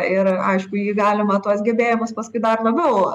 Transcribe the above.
ir aišku jį galima tuos gebėjimus paskui dar labiau